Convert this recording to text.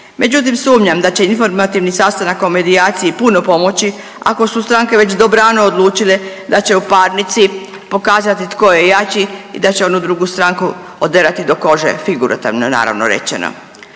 Međutim, sumnjam da će informativni sastanak o medijaciji puno pomoći, ako su stranke već dobrano odlučile da će u parnici pokazati tko je jači i da će onu drugu stranku oderati do kože, figurativno, naravno rečeno.